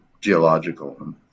geological